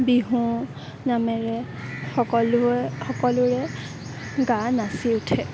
বিহু নামেৰে সকলোৱে সকলোৰে গা নাচি উঠে